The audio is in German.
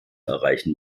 erreichen